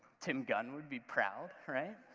tim gunn would be proud, right?